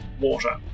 water